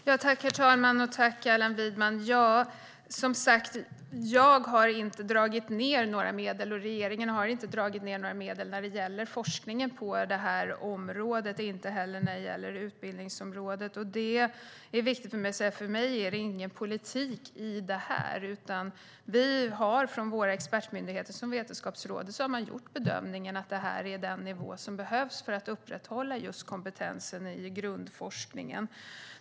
Herr talman! Jag och regeringen har inte dragit ned på några medel när det gäller forskningen på detta område och inte heller när det gäller utbildningsområdet. Det är viktigt för mig att säga att det inte är någon politik i detta. Man har från våra expertmyndigheter, som Vetenskapsrådet, gjort bedömningen att det är denna nivå som behövs för att upprätthålla just kompetensen i grundforskningen.